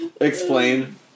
explain